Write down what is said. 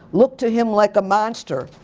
looked to him like a monster.